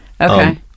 Okay